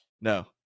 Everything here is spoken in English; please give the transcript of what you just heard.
No